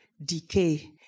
Decay